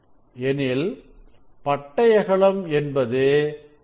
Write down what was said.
எனில் ஒரு பட்டை அகலம் என்பது R n